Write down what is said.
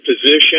position